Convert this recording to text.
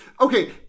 Okay